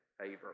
favor